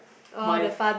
my